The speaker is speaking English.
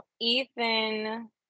Ethan